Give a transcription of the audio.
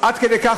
עד כדי כך,